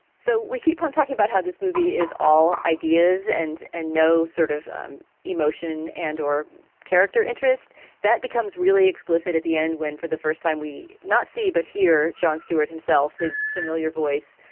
so we keep on talking about how this movie is all ideas and and no sort of um emotion and or character interest that becomes really explicit at the end when for the first time we not see but hear jon stewart himself, his familiar voice,